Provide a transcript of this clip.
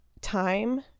time